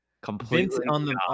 Completely